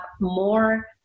more